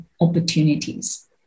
opportunities